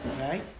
right